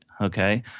okay